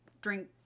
drink